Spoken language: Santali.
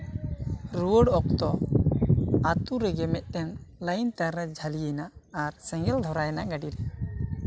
ᱨᱩᱣᱟᱹᱲ ᱚᱠᱛᱚ ᱟᱛᱳ ᱨᱮᱜᱮ ᱢᱤᱫᱴᱟᱝ ᱞᱟᱭᱤᱱ ᱛᱟᱨᱨᱮ ᱡᱷᱟ ᱞᱤ ᱭᱮᱱᱟ ᱟᱨ ᱥᱮᱸᱜᱮᱞ ᱫᱷᱚᱨᱟᱣ ᱮᱟ ᱜᱟ ᱰᱤᱨᱮ